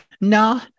No